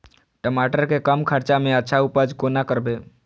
टमाटर के कम खर्चा में अच्छा उपज कोना करबे?